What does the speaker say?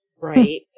Right